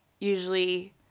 usually